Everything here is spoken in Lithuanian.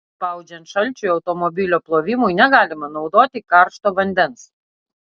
spaudžiant šalčiui automobilio plovimui negalima naudoti karšto vandens